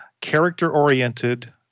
character-oriented